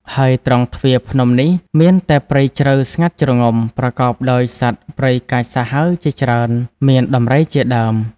ហើយត្រង់ទ្វារភ្នំនេះ មានតែព្រៃជ្រៅស្ងាត់ជ្រងំ ប្រកបដោយសត្វព្រៃកាចសាហាវជាច្រើនមាន ដំរី ជាដើម ។